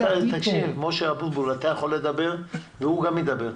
משה אבוטבול, אתה יכול לדבר והוא גם ידבר.